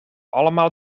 allemaal